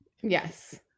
Yes